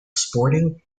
sporting